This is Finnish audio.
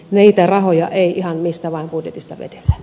niitä rahoja ei ihan mistä vain budjetista vedellä